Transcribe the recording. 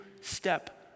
step